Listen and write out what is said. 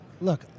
look